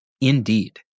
Indeed